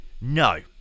no